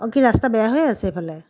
অঁ কি ৰাস্তা বেয়া হৈ আছে এইফালে